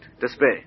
despair